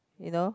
you know